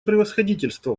превосходительство